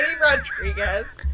Rodriguez